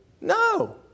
No